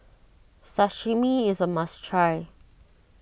Sashimi is a must try